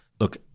Look